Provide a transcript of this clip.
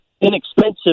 inexpensive